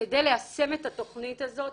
כדי ליישם את התכנית הזאת.